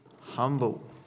humble